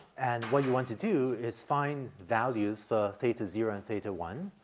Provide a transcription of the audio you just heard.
and what you want to do is find values for theta zero and theta one.